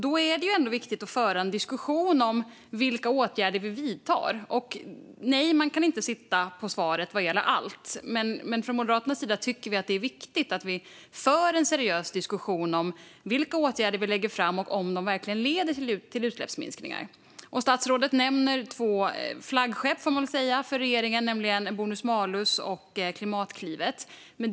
Det är då viktigt att föra en diskussion om vilka åtgärder vi ska vidta. Nej, man kan inte sitta på svaret när det gäller allt, men vi i Moderaterna tycker att det är viktigt att föra en seriös diskussion om vilka åtgärder som läggs fram och om de verkligen leder till utsläppsminskningar. Statsrådet nämner två av regeringens flaggskepp, nämligen bonus-malus och Klimatklivet.